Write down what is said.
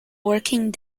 working